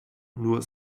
nur